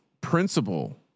principle